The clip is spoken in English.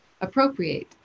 appropriate